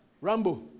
Rambo